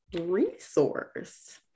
Resource